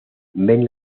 ven